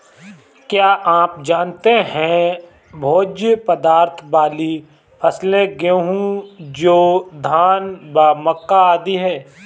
क्या आप जानते है भोज्य पदार्थ वाली फसलें गेहूँ, जौ, धान व मक्का आदि है?